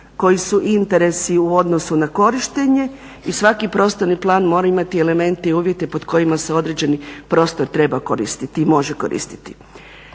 koji su interesi u odnosu na korištenje i svaki prostorni plan mora imati elemente i uvjete pod kojima se određeni prostor treba koristiti i može koristiti.